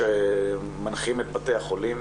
שמנחים את בתי החולים